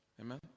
Amen